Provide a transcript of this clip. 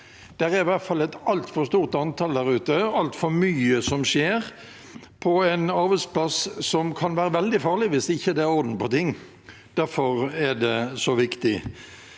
Det er i hvert fall et altfor stort antall der ute, det er altfor mye som skjer, på en arbeidsplass som kan være veldig farlig hvis det ikke er orden på ting. Derfor er det så viktig.